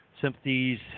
sympathies